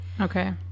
Okay